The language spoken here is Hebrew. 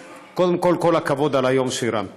קודם כול, כל הכבוד על היום שהרמת.